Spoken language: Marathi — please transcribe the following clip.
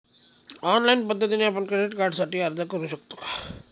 ऑनलाईन पद्धतीने आपण क्रेडिट कार्डसाठी अर्ज करु शकतो का?